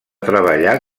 treballar